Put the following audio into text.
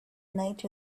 night